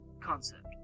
concept